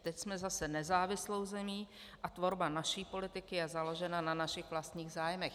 Teď jsme zase nezávislou zemí a tvorba naší politiky je založena na našich vlastních zájmech.